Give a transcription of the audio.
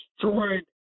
destroyed